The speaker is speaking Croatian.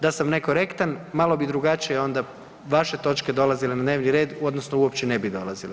Da sam nekorektan malo bi drugačije onda vaše točke dolazile na dnevni red, odnosno uopće ne bi dolazile.